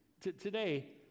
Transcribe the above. Today